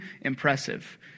impressive